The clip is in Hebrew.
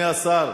הממשלה.